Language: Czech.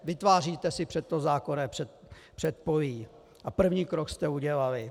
Vytváříte si pro to zákonné předpolí a první krok jste udělali.